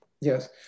Yes